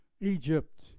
Egypt